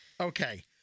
Okay